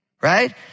right